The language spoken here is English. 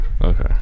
Okay